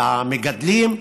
במגדלים,